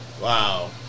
Wow